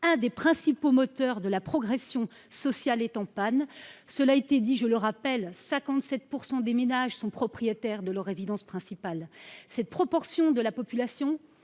l’un des principaux moteurs de la progression sociale – devenir propriétaire – est en panne. Je rappelle que 57 % des ménages sont propriétaires de leur résidence principale. Cette proportion de la population